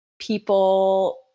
People